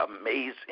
amazing